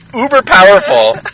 uber-powerful